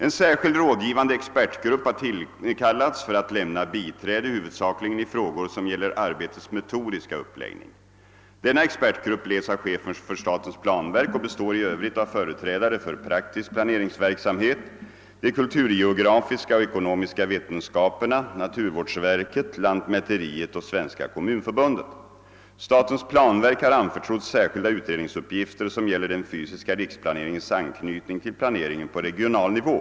En särskild rådgivande expertgrupp har tillkallats för att lämna biträde huvudsakligen i frågor som gäller arbetets metodiska uppläggning. Denna expertgrupp leds av chefen för statens planverk och består i övrigt av företrädare för praktisk planeringsverksamhet, de kulturgeografiska och ekonomiska vetenskaperna, naturvårdsverket, lantmäteriet = och Svenska kommunförbundet. Statens planverk har anförtrotts särskilda utredningsuppgifter som gäller den fysiska riksplaneringens anknytning till planeringen på regional nivå.